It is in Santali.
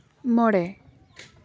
ᱢᱚᱬᱮ